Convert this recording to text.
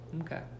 okay